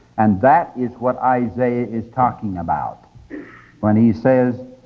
and that is what isaiah is talking about when he says.